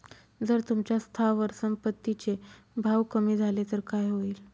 जर तुमच्या स्थावर संपत्ती चे भाव कमी झाले तर काय होईल?